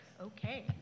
Okay